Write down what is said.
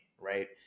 right